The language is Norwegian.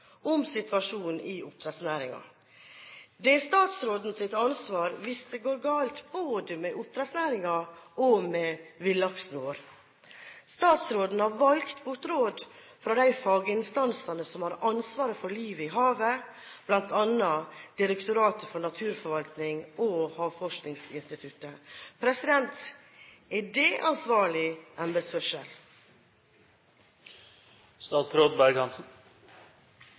om situasjonen i oppdrettsnæringen. Det er statsrådens ansvar hvis det går galt både med oppdrettsnæringen og med villaksen vår. Statsråden har valgt bort råd fra de faginstansene som har ansvaret for livet i havet, bl.a. Direktoratet for naturforvaltning og Havforskningsinstituttet. Er det ansvarlig